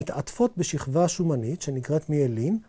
‫מתעטפות בשכבה השומנית ‫שנקראת מיאלין.